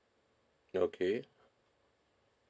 okay